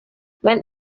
when